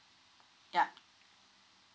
yeah